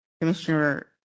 Commissioner